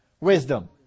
wisdom